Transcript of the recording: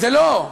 זה לא.